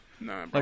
No